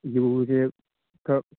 ꯌꯨꯁꯦ ꯈꯔ